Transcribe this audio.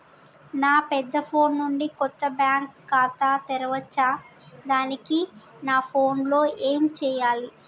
నా పెద్ద ఫోన్ నుండి కొత్త బ్యాంక్ ఖాతా తెరవచ్చా? దానికి నా ఫోన్ లో ఏం చేయాలి?